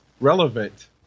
relevant